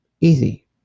Easy